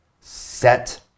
set